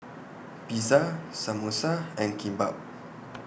Pizza Samosa and Kimbap